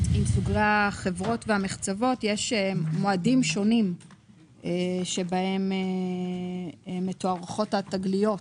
סוגי החברות והמחצבות יש מועדים שונים שבהם מתוארכות התגליות.